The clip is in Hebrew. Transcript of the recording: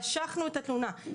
משכנו את התלונה,